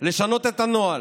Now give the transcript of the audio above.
לשנות את הנוהל,